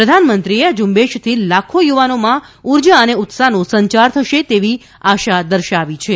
પ્રધાનમંત્રીએ આ ઝુંબેશથી લાખો યુવાનોમાં ઉર્જા અને ઉત્સાહનો સંચાર થશે તેવી આશા દર્શાવી છે